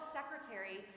Secretary